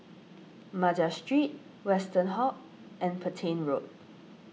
Madras Street Westerhout Road and Petain Road